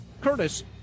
Curtis